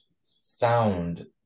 sound